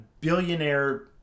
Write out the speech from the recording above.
billionaire